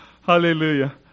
Hallelujah